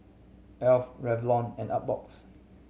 Alf Revlon and Artbox